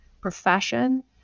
profession